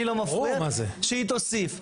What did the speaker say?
לי לא מפריע שהיא תוסיף.